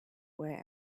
where